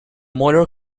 molar